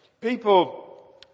People